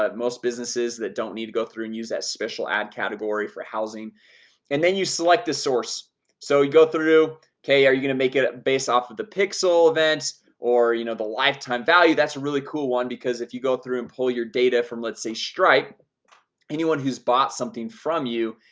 most businesses that don't need to go through and use that special ad category for housing and then you select the source so you go through okay are you gonna make it based off of the pixel event or you know the lifetime value? that's a really cool one because if you go through and pull your data from let's say stripe anyone who's bought something from you?